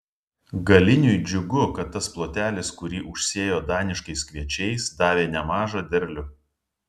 galiniui džiugu kad tas plotelis kurį užsėjo daniškais kviečiais davė nemažą derlių